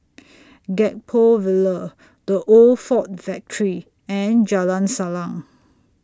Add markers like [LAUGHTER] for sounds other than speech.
[NOISE] Gek Poh Ville The Old Ford Factory and Jalan Salang